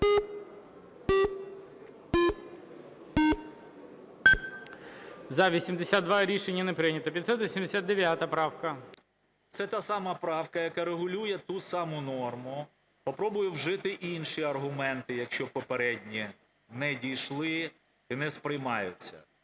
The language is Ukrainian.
За-82 Рішення не прийнято. 589 правка. 14:09:27 СОБОЛЄВ С.В. Це та сама правка, яка регулює ту саму норму, попробую вжити інші аргументи, якщо попередні не дійшли і не сприймаються.